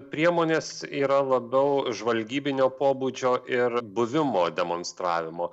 priemonės yra labiau žvalgybinio pobūdžio ir buvimo demonstravimo